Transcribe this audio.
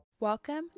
Welcome